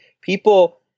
people